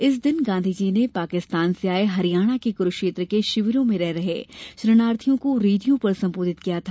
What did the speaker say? इस दिन गांधी जी ने पाकिस्तान से आये हरियाणा के कुरूक्षेत्र के शिविरों में रह रहे शरणार्थियों को रेडियो पर संबोधित किया था